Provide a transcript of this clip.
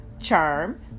charm